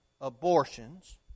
abortions